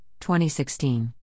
2016